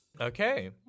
Okay